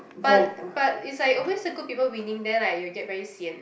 but but it's like always the good people winning then like you will get very sian